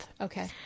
Okay